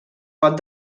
pot